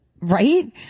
right